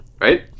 right